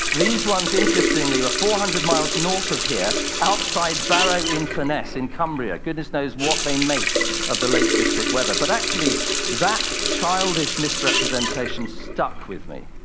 these ones, interestingly, are four hundred miles north of here outside barrow-in-furness in cumbria. goodness knows what they make of the lake district weather. but actually that childish misrepresentation stuck with me,